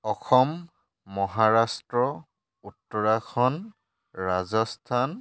Assam Maharashtra Uttarakhand Rajasthan